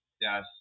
Yes